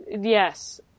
yes